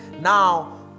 Now